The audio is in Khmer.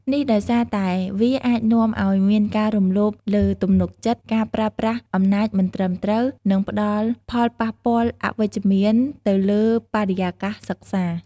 នេះដោយសារតែវាអាចនាំឱ្យមានការរំលោភលើទំនុកចិត្ត ការប្រើប្រាស់អំណាចមិនត្រឹមត្រូវ និងផលប៉ះពាល់អវិជ្ជមានទៅលើបរិយាកាសសិក្សា។